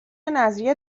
نذریه